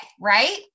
Right